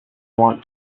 want